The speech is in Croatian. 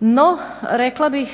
No rekla bih